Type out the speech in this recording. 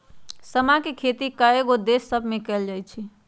समा के खेती कयगो देश सभमें कएल जाइ छइ